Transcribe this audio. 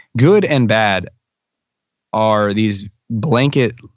good and bad are these blanket